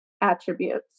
attributes